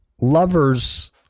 lovers